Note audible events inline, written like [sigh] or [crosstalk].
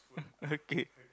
[laughs] okay